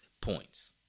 points